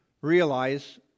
realize